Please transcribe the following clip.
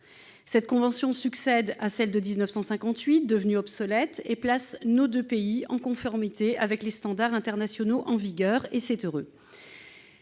Cette convention succède à celle de 1958, devenue obsolète, et place nos deux pays en conformité avec les standards internationaux en vigueur. C'est heureux